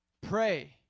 Pray